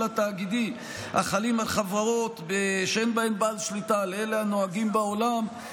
התאגידי החלים על חברות שאין בהן בעל שליטה לאלה הנהוגים בעולם,